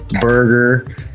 Burger